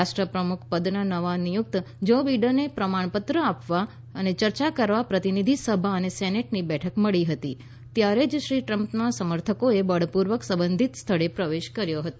રાષ્ટ્રપ્રમુખ પદના નવ નિયુક્ત જો બિડેનને પ્રમાણપત્ર આપવા ચર્ચા કરવા પ્રતિનિધિસભા અને સેનેટની બેઠક મળી હતી ત્યારે જ શ્રી ટ્રમ્પના સમર્થકોએ બળપૂર્વક સંબંધીત સ્થળે પ્રવેશ કર્યો હતો